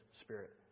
spirit